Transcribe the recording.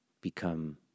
become